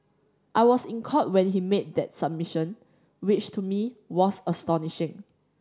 I was in Court when he made that submission which to me was astonishing